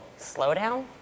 slowdown